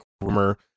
rumor